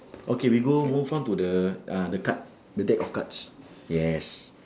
okay we go move on to the uh the card the deck of cards yes